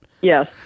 Yes